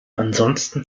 ansonsten